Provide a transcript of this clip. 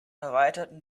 erweiterten